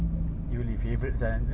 apa hal lah